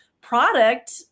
product